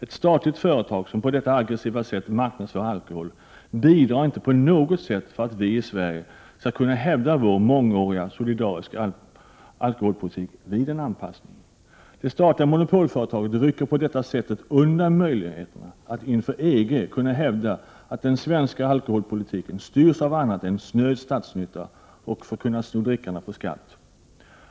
Ett statligt företag som på detta aggressiva sätt marknadsför alkohol bidrar inte på något sätt till att vi i Sverige skall kunna hävda vår mångåriga solidariska alkoholpolitik vid en anpassning. Det statliga monopolföretaget rycker på detta sätt undan möjligheterna att inför EG hävda att den svenska alkoholpolitiken styrs av annat än snöd statsnytta och inte är till för att kunna sno drickarna på skatt.